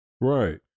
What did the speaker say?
right